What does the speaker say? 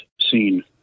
seen